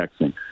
texting